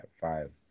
five